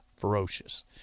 Ferocious